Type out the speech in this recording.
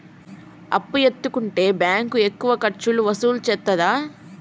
అప్పు ఎత్తుకుంటే బ్యాంకు ఎక్కువ ఖర్చులు వసూలు చేత్తదా?